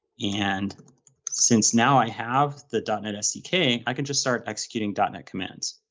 and since now i have the dotnet sdk, i can just start executing dotnet commands.